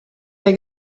der